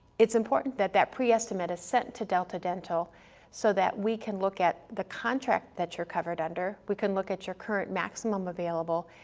it's important that that pre-estimate is sent to delta dental so that we can look at the contract that you're covered under, we can look at your current maximum available,